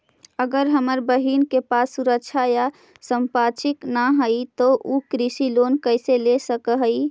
अगर हमर बहिन के पास सुरक्षा या संपार्श्विक ना हई त उ कृषि लोन कईसे ले सक हई?